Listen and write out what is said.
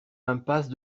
impasse